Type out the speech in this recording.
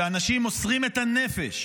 שאנשים שמוסרים את הנפש,